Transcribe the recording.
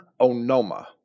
onoma